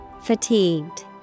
Fatigued